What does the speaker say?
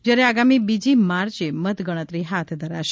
જયારે આગામી બીજી માર્ચે મતગણતરી હાથ ધરાશે